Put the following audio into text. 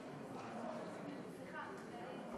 אנחנו עוברים להצעת החוק הבאה: הצעת חוק הפסקת שיטת ההעסקה הקבלנית,